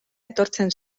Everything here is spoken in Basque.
etortzen